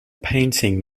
painting